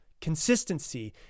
consistency